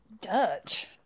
dutch